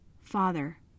Father